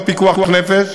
לא פיקוח נפש,